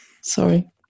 Sorry